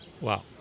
Wow